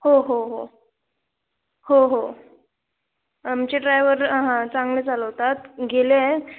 हो हो हो हो हो आमचे ड्रायवर हां चांगले चालवतात गेले आहे